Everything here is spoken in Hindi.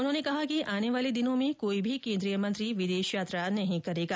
उन्होंने कहा कि आने वाले दिनों में कोई भी केंद्रीय मंत्री विदेश यात्रा नहीं करेगा